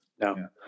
No